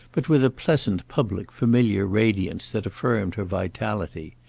but with a pleasant public familiar radiance that affirmed her vitality.